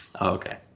Okay